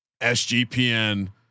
SGPN